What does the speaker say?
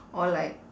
or like